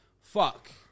fuck